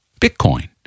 Bitcoin